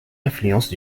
influences